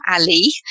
Ali